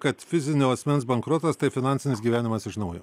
kad fizinio asmens bankrotas tai finansinis gyvenimas iš naujo